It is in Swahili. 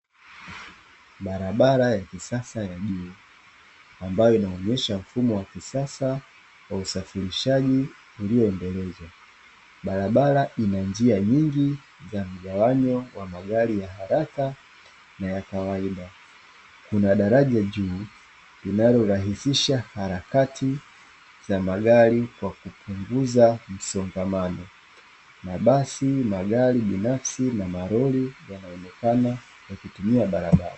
Barabara ya kisasa ya juu, ambayo inaonyesha mfumo wa kisasa wa usafirishaji ulioendelezwa. Barabara ina njia nyingi za migawanyo ya magari ya haraka na ya kawaida. Kuna daraja juu linalorahisisha harakati za magari kwa kupunguza msongamano, mabasi, magari binafsi na malori yanaonekana yakitumia barabara.